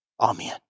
Amen